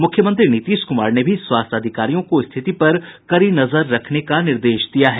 मुख्यमंत्री नीतीश कुमार ने भी स्वास्थ्य अधिकारियों को स्थिति पर कड़ी नजर रखने का निर्देश दिया है